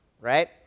right